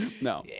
no